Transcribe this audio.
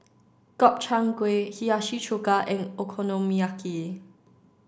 Gobchang Gui Hiyashi Chuka and Okonomiyaki